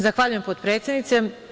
Zahvaljujem potpredsednice.